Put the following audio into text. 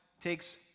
takes